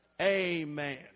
Amen